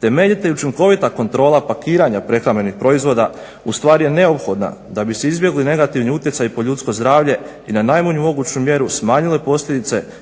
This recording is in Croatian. Temeljita i učinkovita kontrola pakiranja prehrambenih proizvoda ustvari je neophodna da bi se izbjegli negativni utjecaji po ljudsko zdravlje i na najmanju moguću mjeru smanjile posljedice od